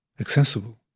accessible